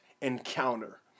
encounter